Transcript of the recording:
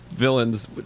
Villains